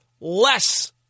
less